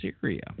Syria